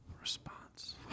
response